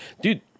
Dude